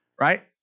right